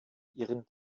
ihren